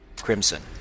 crimson